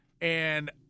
and-